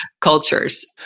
cultures